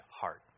heart